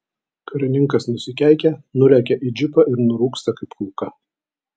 karininkas nusikeikia nulekia į džipą ir nurūksta kaip kulka